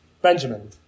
Benjamin